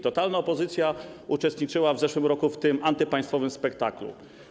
Totalna opozycja uczestniczyła w zeszłym roku w antypaństwowym spektaklu.